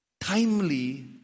timely